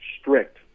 strict